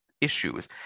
issues